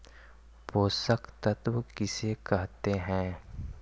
पोषक तत्त्व किसे कहते हैं?